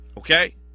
Okay